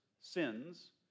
sins